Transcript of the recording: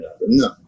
No